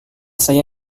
saya